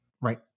right